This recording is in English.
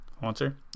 Haunter